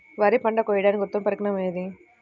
వరి పంట కోయడానికి ఉత్తమ పరికరం ఏది?